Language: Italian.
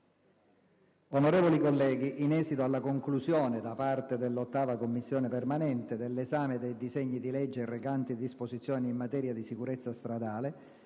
Onorevoli colleghi, in esito alla conclusione, da parte dell’8ª Commissione permanente, dell’esame dei disegni di legge recanti disposizioni in materia di sicurezza stradale,